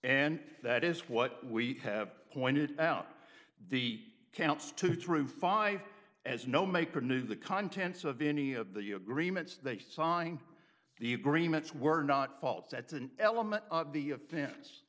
and that is what we have pointed out the counts two through five has no maker knew the contents of any of the agreements they signed the agreements were not faults that's an element of the offen